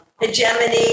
hegemony